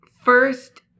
first